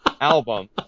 album